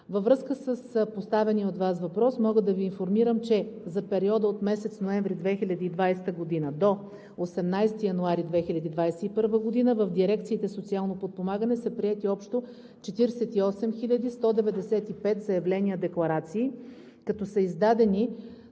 Във връзка с поставения от Вас въпрос мога да Ви информирам, че за периода от месец ноември 2020 г. до 18 януари 2021 г. в дирекциите „Социално подпомагане“ са приети общо 48 195 заявления-декларации, като са издадени